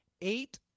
eight